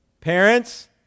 Parents